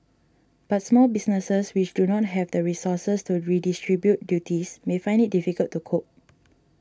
but small businesses which do not have the resources to redistribute duties may find it difficult to cope